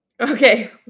okay